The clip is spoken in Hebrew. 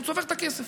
הוא צובר את הכסף.